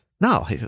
no